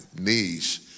knees